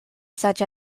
such